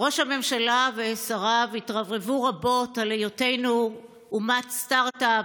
ראש הממשלה ושריו התרברבו רבות על היותנו אומת סטרטאפ,